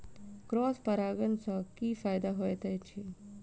Cross परागण सँ की फायदा हएत अछि?